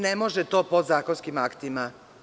Ne može to podzakonskim aktima.